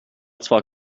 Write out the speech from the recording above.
zwar